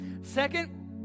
Second